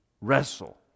wrestle